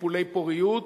טיפולי פוריות,